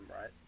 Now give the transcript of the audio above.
right